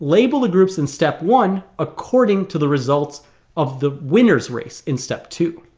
label the groups in step one according to the results of the winners race in step two